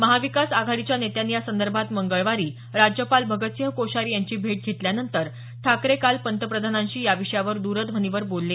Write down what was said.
महाविकास आघाडीच्या नेत्यांनी यासंदर्भात मंगळवारी राज्यपाल भगतसिंग कोश्यारी यांची भेट घेतल्यानंतर ठाकरे काल पंतप्रधानांशी याविषयावर द्रध्वनीवर बोलले